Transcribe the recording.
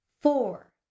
four